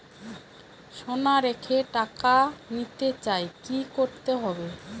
সোনা রেখে টাকা নিতে চাই কি করতে হবে?